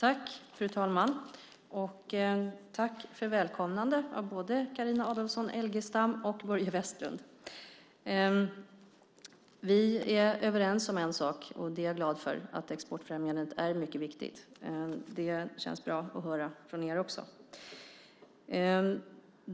Fru talman! Jag tackar för välkomnande av både Carina Adolfsson Elgestam och Börje Vestlund. Vi är överens om en sak, och det är jag glad för. Det är att exportfrämjandet är mycket viktigt. Det känns bra att höra från er också.